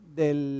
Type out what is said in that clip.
del